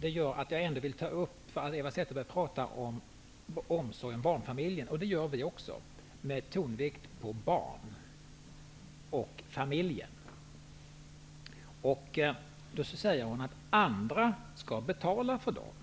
vill ändock ta upp en fråga. Eva Zetterberg talade om omsorgen om barnfamiljen. Det gör vi också -- med tonvikt på både barn och familjen. Eva Zetterberg säger att andra skall betala för barnfamiljerna.